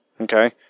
Okay